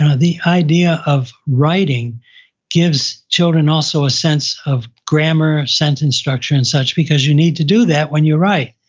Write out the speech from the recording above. and the idea of writing gives children also a sense of grammar, sentence structure, and such, because you need to do that when you write.